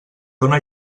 dóna